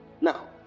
Now